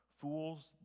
Fools